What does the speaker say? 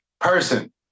person